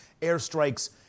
airstrikes